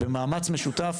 במאמץ משותף,